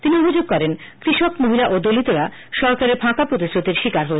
তিনি অভিযোগ করেন কৃষক মহিলা ও দলিতরা সরকারের ফাঁকা প্রতিশ্রুতির শিকার হয়েছেন